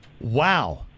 Wow